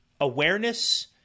awareness